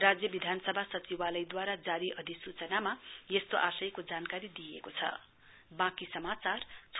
राज्य विधानसभा सचिवालयद्वारा जारी अधिसूचनामा यस्तो आशयको जानकारी दिइएको छ